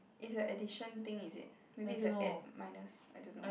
is a additon thing is it maybe is a add minus I don't know